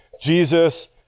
Jesus